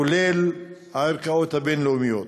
כולל הערכאות הבין-לאומיות,